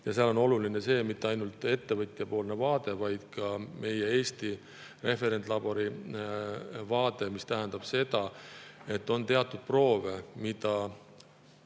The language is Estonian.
Ja seal pole oluline ainult ettevõtja vaade, vaid ka meie Eesti referentlabori vaade. See tähendab seda, et on teatud proove, mida